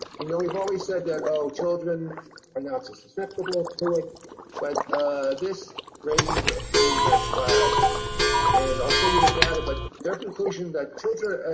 and you know we've always said that all children are now so susceptible to it but this raises a few red flags and i'll show you the data but their conclusion that children,